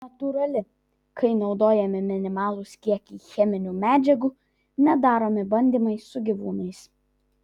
natūrali kai naudojami minimalūs kiekiai cheminių medžiagų nedaromi bandymai su gyvūnais